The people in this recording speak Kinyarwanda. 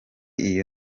iyo